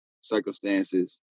circumstances